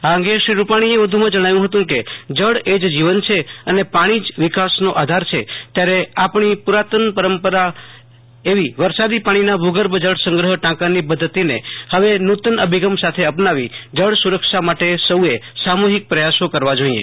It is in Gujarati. આ અંગે શ્રી રૂપાણીએ વધુમાં જણાવ્યું હતું કે જલ એ જ જીવન છે અને પાણી જ વિકાસનો આધાર છે ત્યારે આપણી પુરાતન પરંપરા એવી વરસાદી પાણીના ભૂગર્ભ જળ સંગ્રહ ટાંકાની પદ્વતિને હવે નુતન અભિગમ સાથે અપનાવી જળ સુરક્ષા માટે સૌએ સામુહિક પ્રથાસો કરવા જોઈએ